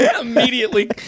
Immediately